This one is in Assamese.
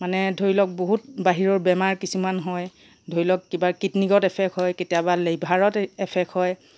মানে ধৰি লওক বহুত বাহিৰৰ বেমাৰ কিছুমান হয় ধৰি লওক কিবা কিডনীত এফেক্ট হয় কেতিয়াবা লিভাৰত এফেক্ট হয়